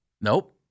Nope